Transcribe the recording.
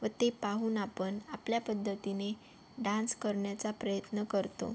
व ते पाहून आपण आपल्या पद्धतीने डान्स करण्याचा प्रयत्न करतो